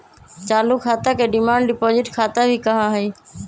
चालू खाता के डिमांड डिपाजिट खाता भी कहा हई